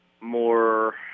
more